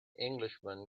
englishman